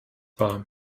war